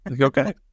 Okay